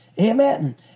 Amen